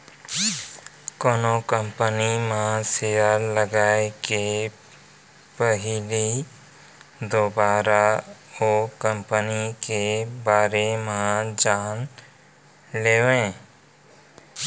कोनो कंपनी म सेयर लगाए के पहिली बरोबर ओ कंपनी के बारे म जान लेवय